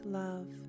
love